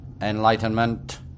enlightenment